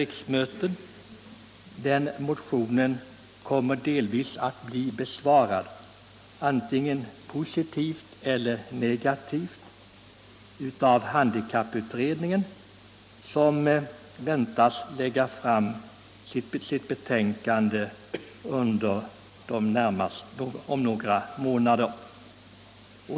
Årets motion kommer att bli besvarad, antingen positivt eller negativt, genom handikapputredningens betänkande som väntas föreligga om några månader.